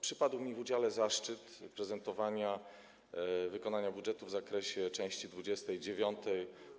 Przypadł mi w udziale zaszczyt prezentowania wykonania budżetu w zakresie części 29: